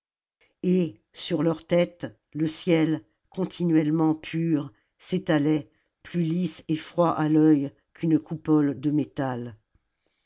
et sur leurs têtes le ciel continuellement pur s'étalait plus lisse et froid à l'œil qu'une coupole de métal